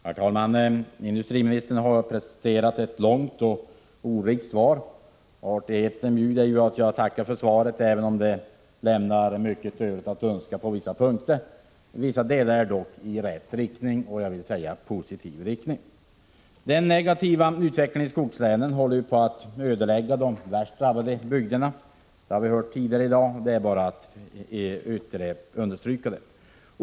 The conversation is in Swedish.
Herr talman! Industriministern har presenterat ett långt och ordrikt svar. Artigheten bjuder att jag tackar för svaret, även om detta på vissa punkter lämnar mycket övrigt att önska. I vissa avseenden går dock svaret i rätt riktning — alltså i positiv riktning. Den negativa utvecklingen i skogslänen håller på att ödelägga de värst drabbade bygderna. Det har vi hört tidigare i dag, så det är bara att ytterligare understryka detta faktum.